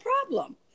problem